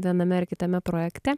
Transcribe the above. viename ar kitame projekte